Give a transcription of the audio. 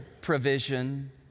provision